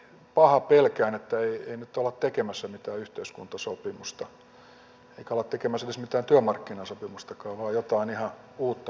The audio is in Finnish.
pahaa pelkään että nyt ei olla tekemässä mitään yhteiskuntasopimusta eikä olla tekemässä edes mitään työmarkkinasopimusta vaan jotain ihan uutta viritystä